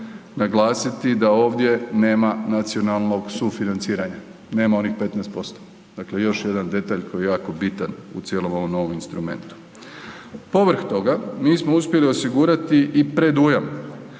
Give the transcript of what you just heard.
naglasiti da ovdje nema nacionalnog sufinanciranja, nema onih 15%, dakle još jedan detalj koji je jako bitan u cijelom ovom novom instrumentu. Povrh toga, mi smo uspjeli osigurati i predujam,